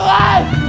life